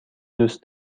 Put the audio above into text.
دوست